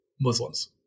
Muslims